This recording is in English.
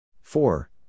Four